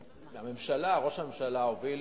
ראש הממשלה הוביל